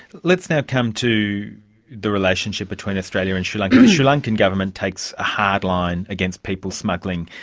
let's now come to the relationship between australia and sri lanka. the sri lankan government takes a hard line against people smuggling,